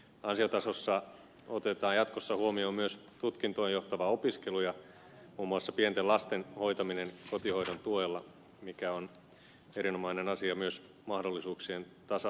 ansiotasossa otetaan jatkossa huomioon myös tutkintoon johtava opiskelu ja muun muassa pienten lasten hoitaminen kotihoidon tulella mikä on erinomainen asia myös mahdollisuuksien tasa arvon kannalta